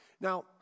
Now